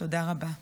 תודה רבה.